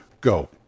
go